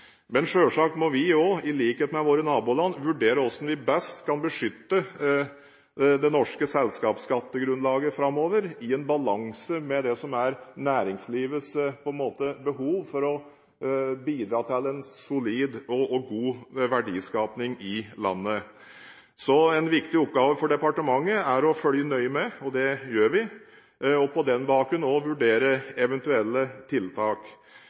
Men selvsagt må vi også, i likhet med våre naboland, vurdere hvordan vi best kan beskytte det norske selskapsskattegrunnlaget framover, i balanse med det som er næringslivets behov, for å bidra til en solid og god verdiskaping i landet. Så en viktig oppgave for departementet er å følge nøye med – og det gjør vi – og på den bakgrunn vurdere eventuelle tiltak.